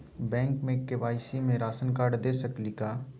Bank में KYC में ration card दे सकली हई का?